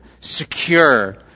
secure